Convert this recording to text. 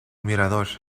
mirador